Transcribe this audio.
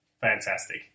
fantastic